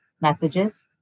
messages